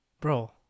bro